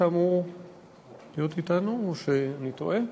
שאמור להיות אתנו, או שאני טועה?